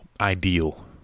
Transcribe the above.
ideal